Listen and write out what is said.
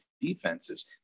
defenses